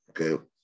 okay